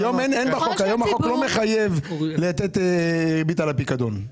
החוק היום לא מחייב לתת ריבית על הפיקדון.